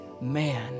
man